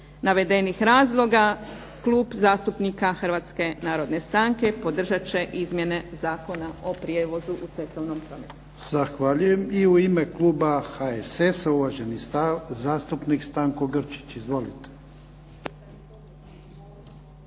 navedenih razloga Klub zastupnika Hrvatske narodne stranke podržat će Izmjene zakona o prijevozu u cestovnom prometu. **Jarnjak, Ivan (HDZ)** Hvala. I u ime Kluba HSS-a uvaženi zastupnik Stanko Grčić. Izvolite.